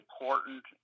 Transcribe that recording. important